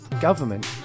government